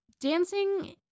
Dancing